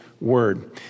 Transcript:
Word